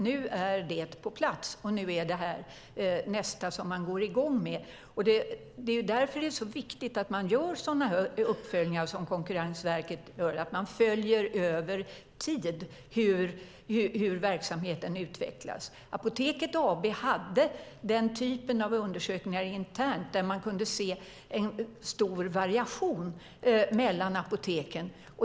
Nu är det på plats, och det här är det som man går i gång med härnäst. Det är därför det är så viktigt att man gör sådana uppföljningar som Konkurrensverket gör, att man följer över tid hur verksamheten utvecklas. Apoteket AB hade den typen av undersökningar internt. Där kunde man se en stor variation mellan apoteken.